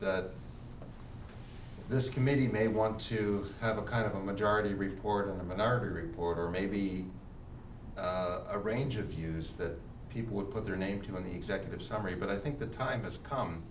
that this committee may want to have a kind of a majority report and a minority report or maybe a range of views that people would put their name to in the executive summary but i think the time has come